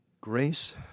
Grace